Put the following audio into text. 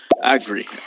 agree